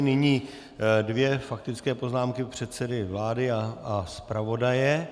Nyní dvě faktické poznámky předsedy vlády a zpravodaje.